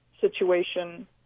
situation